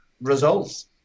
results